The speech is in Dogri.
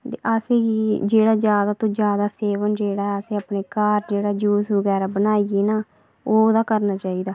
ते असें बी जेह्ड़ा जादै कोला जादै सेवन जेह्ड़ा ते घर जेह्ड़ा जूस बनाइयै ना ओह् ओह्दा करना चाहिदा